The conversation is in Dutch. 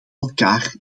elkaar